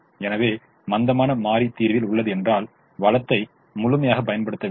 எனவே மந்தமான மாறி தீர்வில் உள்ளது என்றால் வளத்தை முழுமையாகப் பயன்படுத்தவில்லை